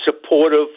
supportive